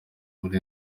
muri